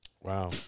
Wow